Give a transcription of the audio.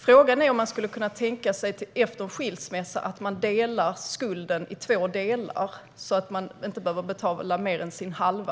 Frågan är om det är tänkbart att efter en skilsmässa få dela skulden i två delar så att man inte behöver betala mer än sin halva.